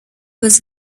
was